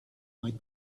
might